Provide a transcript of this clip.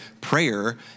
prayer